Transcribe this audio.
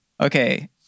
Okay